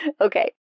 Okay